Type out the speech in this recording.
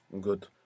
Good